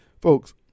folks